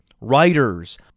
Writers